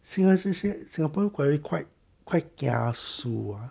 singa~ singa~ sin~ singaporean really quite kiasu ah